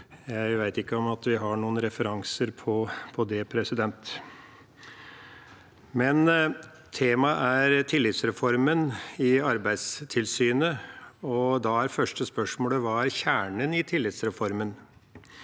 Jeg vet ikke om at vi har noen referanser på det. Temaet er tillitsreformen i Arbeidstilsynet, og da er det første spørsmålet: Hva er kjernen i tillitsreformen?